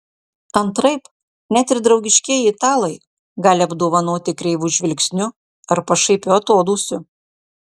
antraip net ir draugiškieji italai gali apdovanoti kreivu žvilgsniu ar pašaipiu atodūsiu